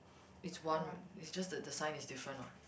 it's one it's just the the sign is different what